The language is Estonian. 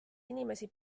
inimesi